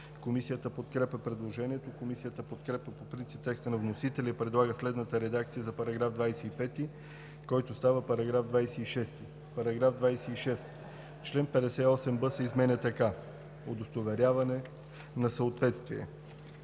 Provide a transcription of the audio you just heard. Комисията подкрепя предложението. Комисията подкрепя по принцип текста на вносителя и предлага следната редакция за § 25, който става § 26: „§ 26. Член 58б се изменя така: Удостоверяване на съответствие